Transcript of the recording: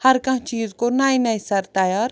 ہر کانٛہہ چیٖز کوٚر نَیہِ نَیہِ سر تیار